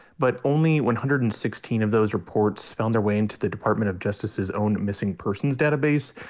but only one hundred and sixteen of those reports found their way into the department of justice's own missing persons database.